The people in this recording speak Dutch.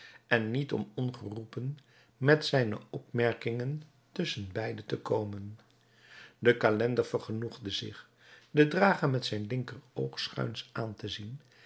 en niet om ongeroepen met zijne opmerkingen tusschen beide te komen de calender vergenoegde zich den drager met zijn linker oog schuins aan te zien